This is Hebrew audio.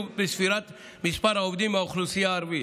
בספירת מספר העובדים מהאוכלוסייה הערבית.